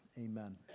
amen